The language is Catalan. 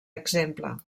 exemple